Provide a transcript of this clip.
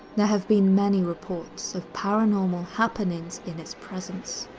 there have been many reports of paranormal happenings in its presence.